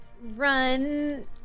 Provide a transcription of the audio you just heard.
run